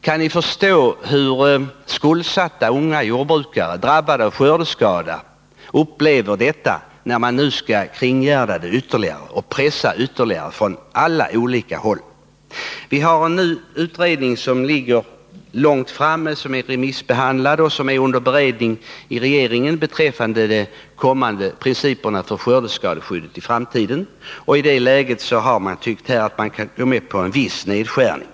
Kan ni inte förstå hur skuldsatta unga jordbrukare som drabbas av skördeskador upplever sin situation, när man nu ytterligare skall kringgärda och pressa från olika håll? Vi har haft en utredning som har kommit så långt att den har remissbehandlats och nu är under beredning i regeringen. Där behandlas frågan om principerna för skördeskadeskyddet i framtiden. I det läget har man ansett att man kan gå med på en viss nedskärning.